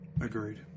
Agreed